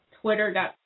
twitter.com